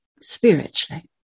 Spiritually